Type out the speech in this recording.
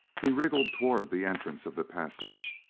he wriggled toward the entrance of the passage,